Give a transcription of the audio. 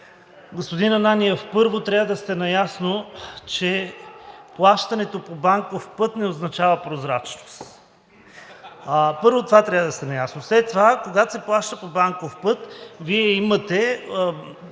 Господин Ананиев, първо, трябва да сте наясно, че плащането по банков път не означава прозрачност и това трябва да го знаете. След това, когато се плаща по банков път, Вие имате